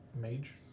mage